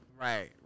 Right